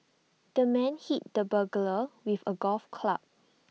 the man hit the burglar with A golf club